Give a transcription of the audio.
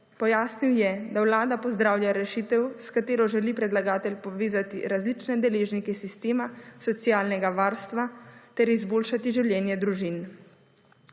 Pojasnil je, da Vlada pozdravlja rešitev, s katero želi predlagatelj povezati različne deležnike sistema socialnega varstva ter izboljšati življenje družin.